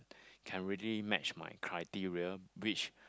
can really match my criteria which